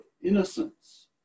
innocence